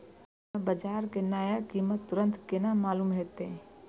हमरा बाजार के नया कीमत तुरंत केना मालूम होते?